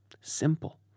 Simple